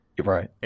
Right